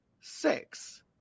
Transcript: six